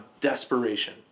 desperation